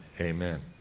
amen